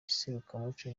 iserukiramuco